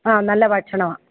ആഹ് നല്ല ഭക്ഷണമാണ്